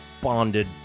bonded